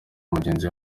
mugenzi